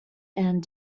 and